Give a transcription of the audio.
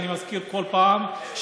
אני מזכיר כל פעם,